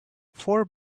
four